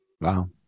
wow